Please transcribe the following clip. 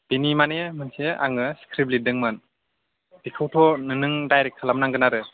बेनि माने मोनसे आङो स्क्रिप्ट लिरदोंमोन बेखौथ' नों दाइरेक्ट खालामनांगोन आरो